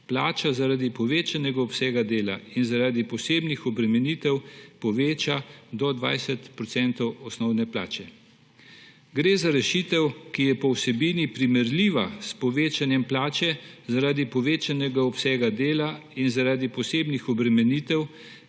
plača zaradi povečanega obsega dela in zaradi posebnih obremenitev poveča do 20 % osnovne plače. Gre za rešitev, ki je po vsebini primerljiva s povečanjem plače zaradi povečanega obsega dela in zaradi posebnih obremenitev,